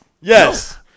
Yes